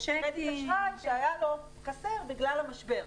קרדיט אשראי שהיה חסר לו בגלל המשבר,